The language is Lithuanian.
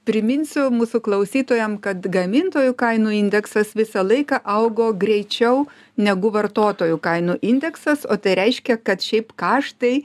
priminsiu mūsų klausytojam kad gamintojų kainų indeksas visą laiką augo greičiau negu vartotojų kainų indeksas o tai reiškia kad šiaip kaštai